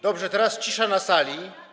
Dobrze, teraz cisza na sali.